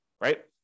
right